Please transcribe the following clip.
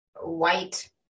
white